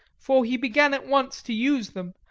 for he began at once to use them,